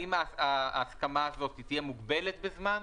האם ההסכמה הזאת תהיה מוגבלת בזמן,